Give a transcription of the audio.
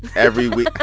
every week. ah